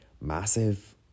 massive